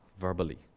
verbally